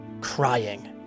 crying